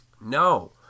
no